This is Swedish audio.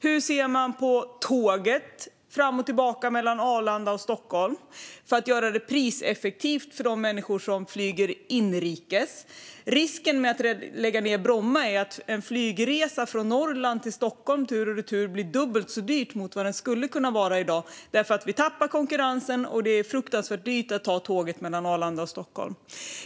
Hur ser man på tåget fram och tillbaka mellan Arlanda och Stockholm och hur det kan göras priseffektivt för de människor som flyger inrikes? Risken med att lägga ned Bromma är att en flygresa från Norrland till Stockholm tur och retur blir dubbelt så dyr jämfört med vad den skulle kunna vara i dag därför att vi tappar konkurrensen. Det är fruktansvärt dyrt att ta tåget mellan Arlanda och Stockholm.